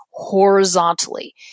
horizontally